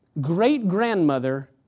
great-grandmother